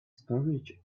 storage